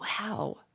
wow